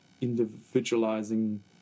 individualizing